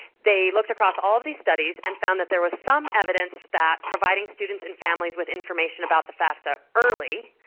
they looked across all of these studies and found that there was some evidence that providing students and families with information about the fafsa early,